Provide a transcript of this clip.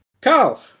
Carl